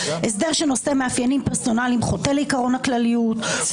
הסדר שנושא מאפיינים פרסונליים חוטא לעיקרון הכלליות,